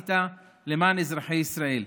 שעשית למען אזרחי ישראל.